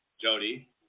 Jody